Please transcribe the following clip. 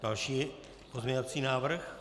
Další pozměňovací návrh.